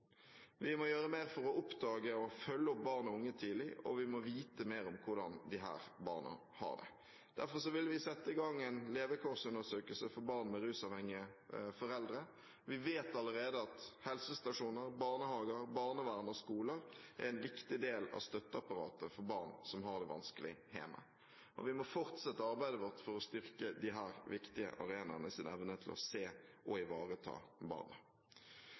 Vi må gjøre mer for å oppdage dette og følge opp barn og unge tidlig, og vi må vite mer om hvordan disse barna har det. Derfor vil vi sette i gang en levekårsundersøkelse for barn med rusavhengige foreldre. Vi vet allerede at helsestasjoner, barnehager, barnevernet og skoler er en viktig del av støtteapparatet for barn som har det vanskelig hjemme. Vi må fortsette arbeidet vårt for å styrke disse viktige arenaenes evne til å se og ivareta